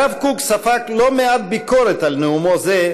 הרב קוק ספג לא מעט ביקורת על נאומו זה,